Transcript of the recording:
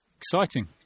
Exciting